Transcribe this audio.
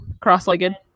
cross-legged